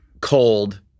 cold